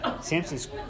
Samson's